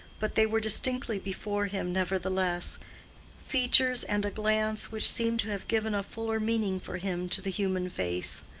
but they were distinctly before him nevertheless features and a glance which seemed to have given a fuller meaning for him to the human face.